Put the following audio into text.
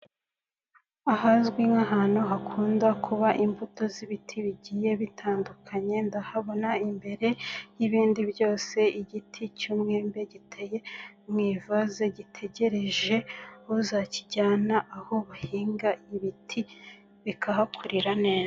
Ahazwi nk'ahantu hakunda kuba imbuto z'ibiti bigiye bitandukanye, ndahabona imbere y'ibindi byose igiti cy'umwembe giteye mu ivase gitegereje uzakijyana aho bahinga ibiti bikahakurira neza.